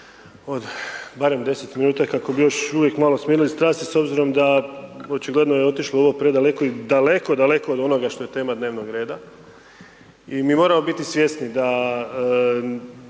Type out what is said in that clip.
od barem 10 minuta kako bi još uvijek malo smirili strasti, s obzirom da očigledno je otišlo ovo predaleko i daleko, daleko od onoga što je tema dnevnog reda i mi moramo biti svjesni da